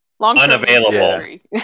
Unavailable